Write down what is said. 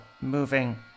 moving